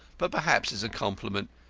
but perhaps it's a compliment.